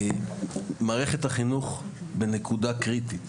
מערכת החינוך היא בנקודה קריטית.